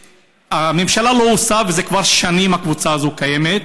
הממשלה לא עושה וכבר שנים הקבוצה הזו קיימת,